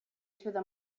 through